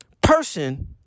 person